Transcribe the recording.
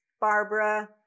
Barbara